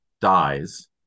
dies